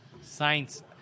Science